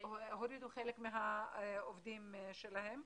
הורידו חלק מהעובדים שלהם.